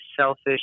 selfish